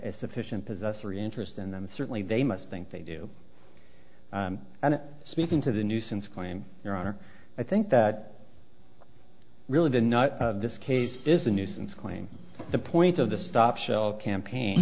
a sufficient possessory interest in them certainly they must think they do and speaking to the nuisance claim your honor i think that really didn't know this case is a nuisance claim the point of the stop shell campaign